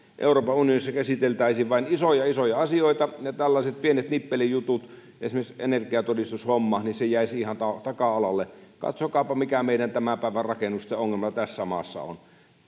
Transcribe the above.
euroopan unionissa käsiteltäisiin vain isoja isoja asioita ja tällaiset pienet nippelijutut esimerkiksi energiatodistushomma jäisivät ihan taka alalle katsokaapa mikä meidän tämän päivän rakennusten ongelma tässä maassa on